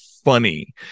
Funny